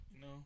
No